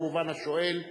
כמובן השואל,